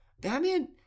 batman